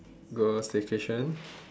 go staycation